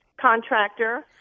contractor